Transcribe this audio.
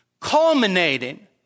culminating